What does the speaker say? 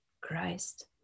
Christ